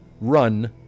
run